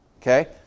Okay